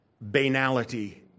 banality